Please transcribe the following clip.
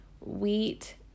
wheat